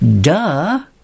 Duh